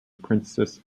princess